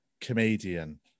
comedian